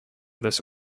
this